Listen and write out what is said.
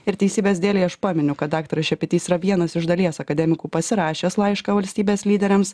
ir teisybės dėlei aš paminiu kad daktaras šepetys yra vienas iš dalies akademikų pasirašęs laišką valstybės lyderiams